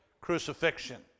crucifixion